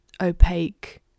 opaque